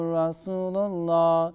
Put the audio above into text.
Rasulullah